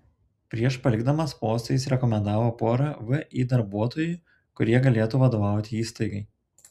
prieš palikdamas postą jis rekomendavo porą vį darbuotojų kurie galėtų vadovauti įstaigai